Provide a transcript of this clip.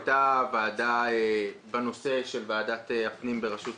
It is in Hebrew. הייתה ישיבה בנושא בוועדת הפנים בראשות